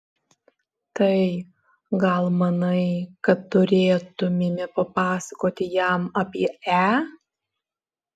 tai gal manai kad turėtumėme papasakoti jam apie e